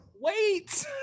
wait